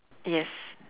yes